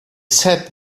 sat